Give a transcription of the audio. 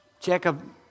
Jacob